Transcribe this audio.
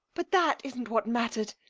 but that isn't what mattered.